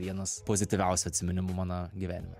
vienas pozityviausių atsiminimų mano gyvenime